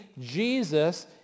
Jesus